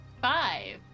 Five